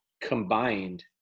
combined